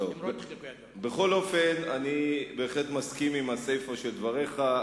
אני בהחלט מסכים עם הסיפא של דבריך.